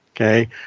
Okay